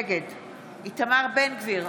נגד איתמר בן גביר,